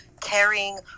carrying